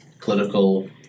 political